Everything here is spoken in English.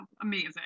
Amazing